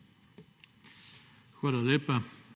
Hvala lepa.